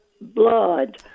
blood